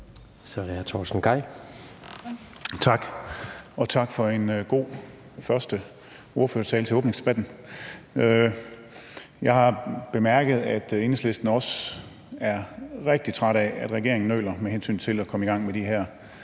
Kl. 15:24 Torsten Gejl (ALT): Tak. Og tak for en god første ordførertale til åbningsdebatten. Jeg har bemærket, at Enhedslisten også er rigtig trætte af, at regeringen nøler med hensyn til at komme i gang med de her